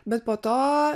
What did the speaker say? bet po to